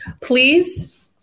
Please